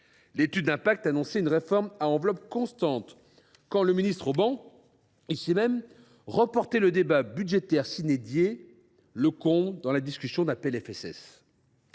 L’étude d’impact annonçait une réforme à enveloppe constante, quand le ministre, ici même, reportait le débat budgétaire : le comble pour la discussion d’un PLFSS